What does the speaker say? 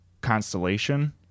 constellation